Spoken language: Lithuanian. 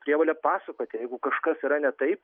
prievolę pasakoti jeigu kažkas yra ne taip